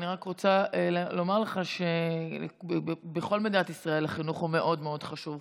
אני רק רוצה לומר לך שבכל מדינת ישראל החינוך הוא מאוד מאוד חשוב.